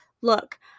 look